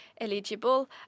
eligible